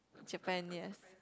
Japan yes